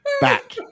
back